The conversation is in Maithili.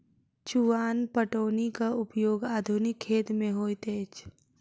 चुआन पटौनीक उपयोग आधुनिक खेत मे होइत अछि